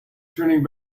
turning